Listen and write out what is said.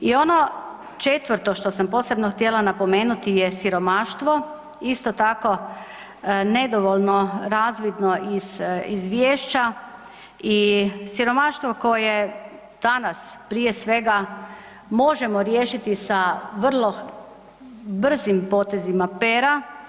I ono četvrto što sam posebno htjela napomenuti je siromaštvo isto tako nedovoljno razvidno iz izvješća i siromaštvo koje danas prije svega možemo riješiti sa vrlo brzim potezima pera.